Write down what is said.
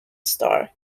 star